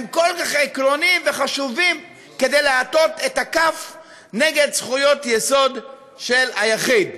הם כל כך עקרוניים וחשובים כדי להטות את הכף נגד זכויות יסוד של היחיד?